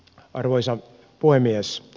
arvoisa puhemies